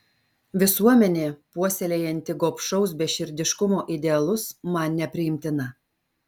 visuomenė puoselėjanti gobšaus beširdiškumo idealus man nepriimtina